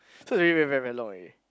so really very very long already